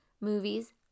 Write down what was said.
movies